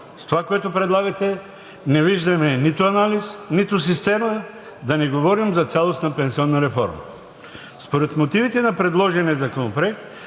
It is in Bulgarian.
С това, което предлагате, не виждаме нито анализ, нито система, да не говорим за цялостна пенсионна реформа. Според мотивите на предложения законопроект